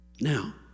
Now